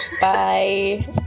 Bye